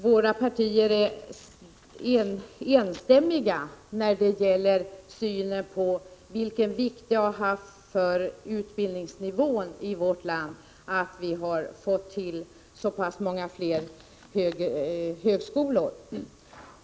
Våra partier är enstämmiga när det gäller synen på vilken vikt det har haft för utbildningsnivån i vårt land att vi har fått så pass många fler högskolor.